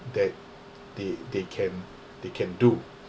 that they they can they can do